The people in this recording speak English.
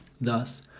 Thus